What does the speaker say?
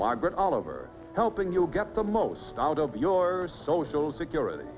margaret all over helping you get the most out of your social security